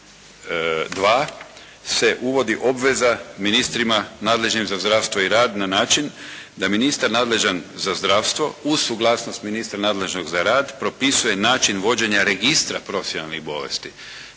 2. se uvodi obveza ministrima nadležnim za zdravstvo i rad na način da ministar nadležan za zdravstvo uz suglasnost ministra nadležnog za rad propisuje način vođenja Registra profesionalnih bolesti.